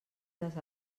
les